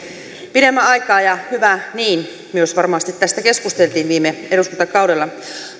pidemmän aikaa ja hyvä niin myös varmasti tästä keskusteltiin viime eduskuntakaudella